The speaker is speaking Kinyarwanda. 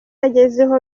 yagezeho